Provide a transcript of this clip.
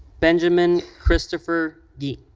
benjamin christopher gee.